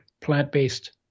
plant-based